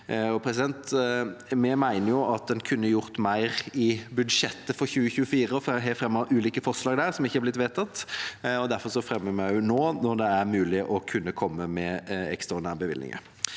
per barn. Vi mener en kunne gjort mer i budsjettet for 2024 og har fremmet ulike forslag der som ikke har blitt vedtatt. Derfor fremmer vi det også nå, når det er mulig å kunne komme med ekstraordinære bevilgninger.